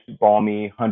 balmy